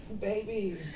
baby